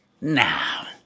Now